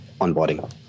onboarding